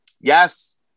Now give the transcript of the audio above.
Yes